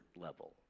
level